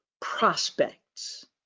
prospects